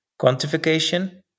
quantification